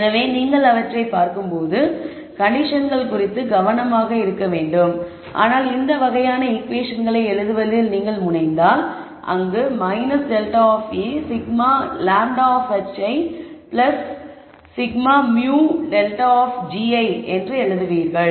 எனவே நீங்கள் அவற்றைப் பார்க்கும்போது கண்டிஷன்கள் குறித்து கவனமாக இருக்க வேண்டும் ஆனால் இந்த வகையாக ஈகுவேஷன்களை எழுதுவதில் நீங்கள் முனைந்தால் அங்கு ∇ of a σ λ ∇ hi σ μ ∇ gi என்று எழுதுவீர்கள்